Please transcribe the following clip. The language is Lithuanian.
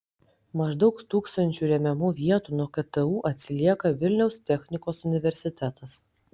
maždaug tūkstančiu remiamų vietų nuo ktu atsilieka vilniaus technikos universitetas